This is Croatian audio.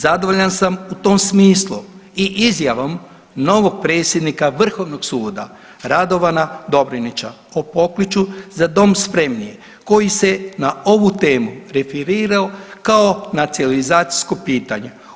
Zadovoljan sam u tom smislu i izjavom novog predsjednika Vrhovnog suda Radovana Dobronića o pokliču Za dom spremni koji se na ovu temu referirao kao nacionalizacijsko pitanje.